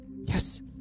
Yes